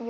we'd